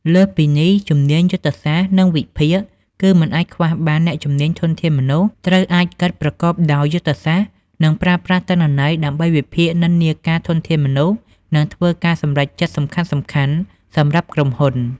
លើសពីនេះ ជំនាញយុទ្ធសាស្ត្រ និងវិភាគ គឺមិនអាចខ្វះបាន អ្នកជំនាញ ធនធានមនុស្ស ត្រូវអាចគិតប្រកបដោយយុទ្ធសាស្ត្រ និងប្រើប្រាស់ទិន្នន័យដើម្បីវិភាគនិន្នាការធនធានមនុស្ស និងធ្វើការសម្រេចចិត្តសំខាន់ៗសម្រាប់ក្រុមហ៊ុន។